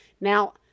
Now